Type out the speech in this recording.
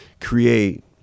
create